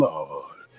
Lord